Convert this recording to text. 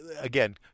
again